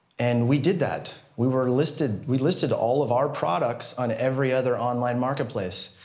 and we did that, we were listed, we listed all of our products on every other online marketplace.